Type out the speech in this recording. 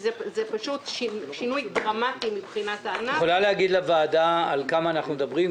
זה פשוט שינוי דרמטי --- את יכולה לומר לוועדה על כמה אנחנו מדברים?